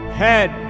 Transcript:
head